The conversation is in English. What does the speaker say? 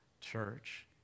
church